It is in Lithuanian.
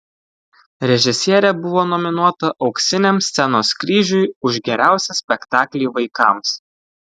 režisierė buvo nominuota auksiniam scenos kryžiui už geriausią spektaklį vaikams